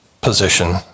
position